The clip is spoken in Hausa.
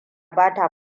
bata